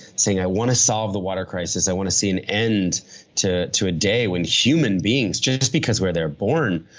saying, i want to solve the water crisis. i want to see an end to to a day when human beings, just just because where they're born,